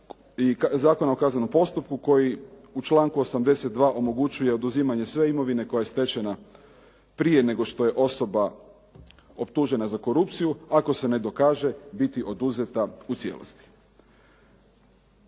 i Zakona o kaznenom postupku koji u članku 82. omogućuje oduzimanje sve imovine koja je stečena prije nego što je osoba optužena za korupciju. Ako se ne dokaže biti oduzeta u cijelosti.